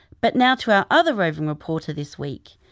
but now to our other roving reporter this week.